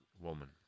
woman